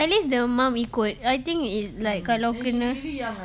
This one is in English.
at least the mum ikut I think it i~ like kalau kena